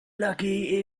lucky